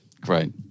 Great